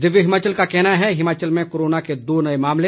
दिव्य हिमाचल का कहना है हिमाचल में कोरोना के दो नए मामले